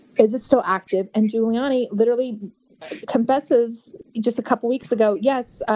is it still active? and giuliani literally confesses just a couple weeks ago, yes,